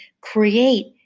create